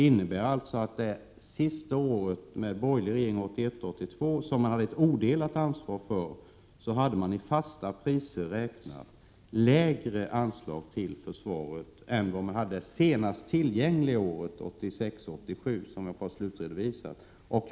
Det senaste året med en borgerlig regering, 1981 87.